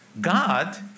God